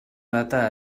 data